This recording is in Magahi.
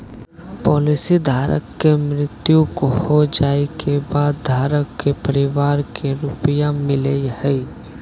पॉलिसी धारक के मृत्यु हो जाइ के बाद धारक के परिवार के रुपया मिलेय हइ